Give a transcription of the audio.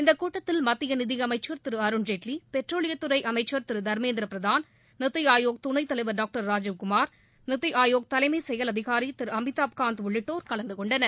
இந்தக் கூட்டத்தில் மத்திய நிதியமைச்சர் திரு அருண்ஜேட்லி பெட்ரோலியத்துறை அமைச்சர் திரு தர்மேந்திரபிரதான் நித்தி ஆயோக் துணைத் தலைவர் டாக்டர் ராஜீவ்குமார் நித்தி ஆயோக் தலைமைச் செயல் அதிகாரி திரு அமிதாப் காந்த் உள்ளிட்டோர் கலந்து கொண்டனர்